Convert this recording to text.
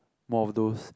more of those